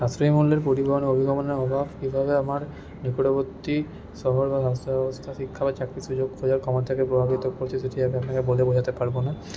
সাশ্রয়ী মূল্যের পরিবহন অভাব কীভাবে আমার নিকটবর্তী শহর বা স্বাস্থ্যব্যবস্থা শিক্ষা বা চাকরির সুযোগ খোঁজার ক্ষমতাকে প্রভাবিত করছে সেটি আমি আপনাকে বলে বোঝাতে পারবো না